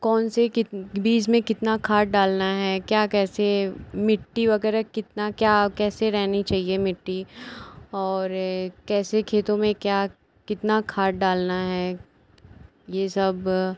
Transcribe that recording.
कौन से कितने बीज में कितनी खाद डालना है क्या कैसे मिट्टी वग़ैरह कितना क्या कैसी रहनी चाहिए मिट्टी और कैसे खेतों में क्या कितनी खाद डालनी है यह सब